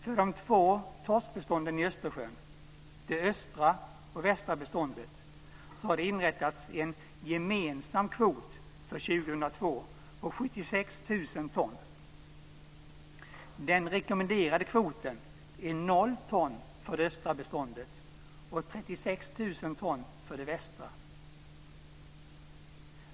För de två torskbestånden i Östersjön, det östra och det västra beståndet, har det inrättats en gemensam kvot för år 0 ton för det östra beståndet och 36 000 ton för det västra.